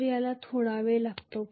तर याला थोडा वेळ लागेल